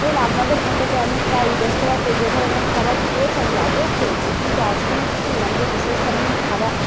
ধরুন আপনাদের হোটেলে আমি প্রায় এই রেস্তোরাঁতে যে ধরণের খাবার খেয়ে থাকি আগেও খেয়েছি কিন্তু আজকে নাকি শুনলাম যে বিশেষ ধরণের খাবার